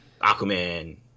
Aquaman